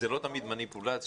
זה לא תמיד מניפולציות,